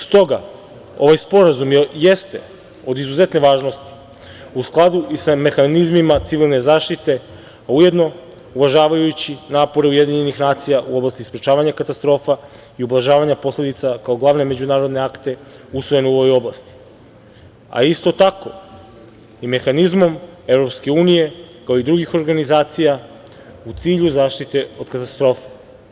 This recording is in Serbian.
Stoga ovaj sporazum jeste od izuzetne važnosti, u skladu i sa mehanizmima civilne zaštite, a ujedno uvažavajući napore UN u oblasti sprečavanja katastrofa i ublažavanja posledica kao glavne međunarodne akte usvojene u ovoj oblasti, a isto tako i mehanizmom EU, kao i drugih organizacija, u cilju zaštite od katastrofe.